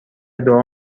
دعا